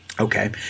Okay